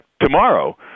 tomorrow